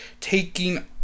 taking